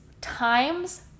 times